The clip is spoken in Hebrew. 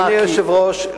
אדוני היושב-ראש,